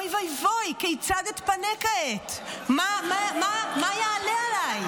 אוי ואבוי, כיצד אתפנה כעת, מה יהיה עליי?